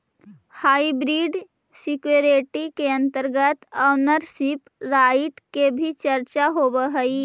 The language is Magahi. हाइब्रिड सिक्योरिटी के अंतर्गत ओनरशिप राइट के भी चर्चा होवऽ हइ